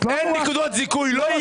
אין נקודות זיכוי, לא יהיה.